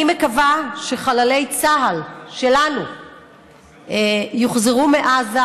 אני מקווה שחללי צה"ל שלנו יוחזרו מעזה,